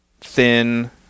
thin